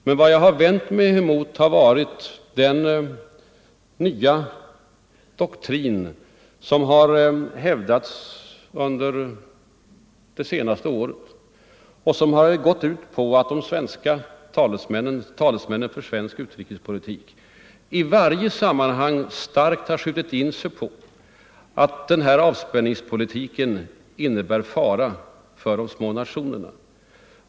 Men vad jag har vänt mig emot har varit den nya doktrin som har hävdats under det senaste året och som har gått ut på att de svenska talesmännen för vår utrikespolitik i varje sammanhang starkt har skjutit in sig på att den här avspänningspolitiken innebär en fara, ett hot för de små nationerna.